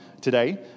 today